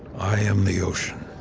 i am the ocean,